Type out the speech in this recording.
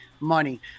money